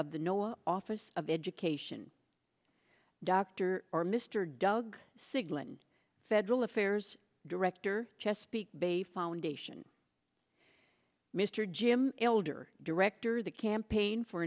nola office of education dr r mr doug sigmund federal affairs director chesapeake bay foundation mr jim elder director the campaign for